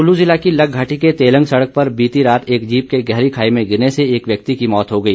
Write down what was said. कुल्लू जिला की लग घाटी के तेलंग सड़क पर बीती रात एक जीप के गहरी खाई में गिरने से एक व्यक्ति की मौत हो गई